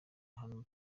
hano